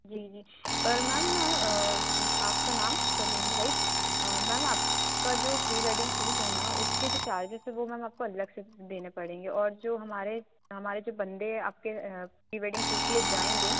जी जी पर मैम आपका नाम सलोनी राइट मैम आपका जो प्री वैडिंग शूट है न उसके जो चार्जेस हैं वो मैम आपको अलग से देने पड़ेंगे और जो हमारे हमारे जो बंदे आपके प्री वेडिंग शूट के लिए जाएंगे